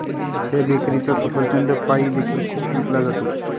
त्या बेकरीचा सफरचंद पाई देखील खूप विकला जातो